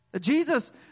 Jesus